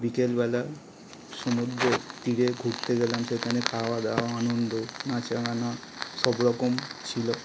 বিকেলবেলা সমুদ্রের তীরে ঘুরতে গেলাম সেখানে খাওয়াদাওয়া আনন্দ নাচা গানা সবরকম ছিল